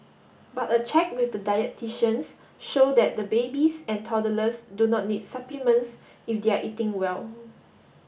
but a check with dietitians show that the babies and toddlers do not need supplements if they are eating well